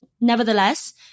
Nevertheless